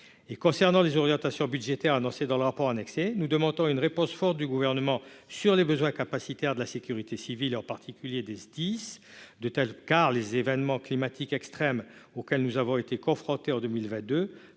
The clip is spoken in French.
Concernant les orientations budgétaires annoncées dans le rapport annexé, nous demandons une réponse forte du Gouvernement aux besoins capacitaires de la sécurité civile, et en particulier des Sdis. Les événements climatiques extrêmes auxquels la France a été confrontée en 2022